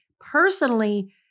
personally